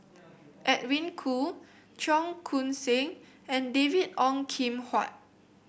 Edwin Koo Cheong Koon Seng and David Ong Kim Huat